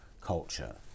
culture